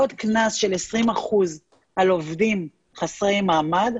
עוד קנס של 20% על עובדים חסרי מעמד,